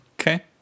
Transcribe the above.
Okay